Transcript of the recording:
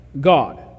God